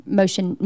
motion